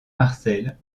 marcel